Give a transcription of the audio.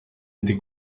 ndi